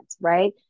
right